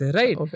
right